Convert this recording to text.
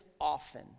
often